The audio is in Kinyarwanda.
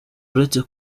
uretse